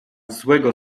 złego